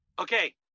okay